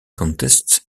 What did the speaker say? contests